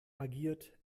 agiert